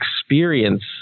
experience